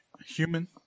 human